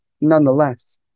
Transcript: nonetheless